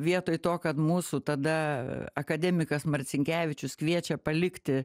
vietoj to kad mūsų tada akademikas marcinkevičius kviečia palikti